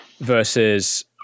versus